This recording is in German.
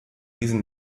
diesen